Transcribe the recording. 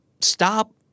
stop